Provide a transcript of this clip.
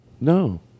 No